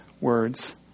words